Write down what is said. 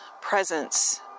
presence